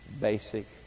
basic